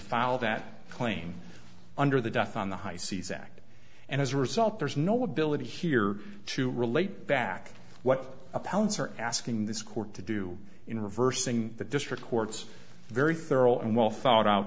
file that claim under the death on the high seas act and as a result there's no ability here to relate back what a pouncer asking this court to do in reversing the district court's very thorough and well thought out